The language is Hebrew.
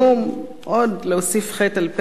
עוד להוסיף חטא על פשע,